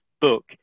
book